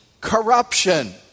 corruption